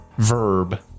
Verb